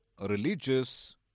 religious